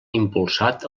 impulsat